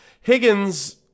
Higgins